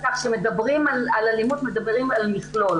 כך כשמדברים על אלימות מדברים על מכלול